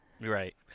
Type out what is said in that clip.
Right